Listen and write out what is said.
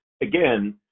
again